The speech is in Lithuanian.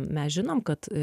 mes žinom kad